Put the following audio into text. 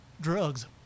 drugs